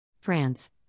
France